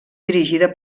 dirigida